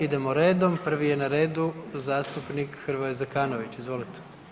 Idemo redom, prvi je na redu zastupnik Hrvoje Zekanović, izvolite.